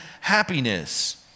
happiness